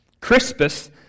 Crispus